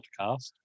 podcast